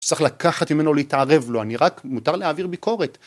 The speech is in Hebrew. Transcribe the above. צריך לקחת ממנו, להתערב לו, אני רק, מותר להעביר ביקורת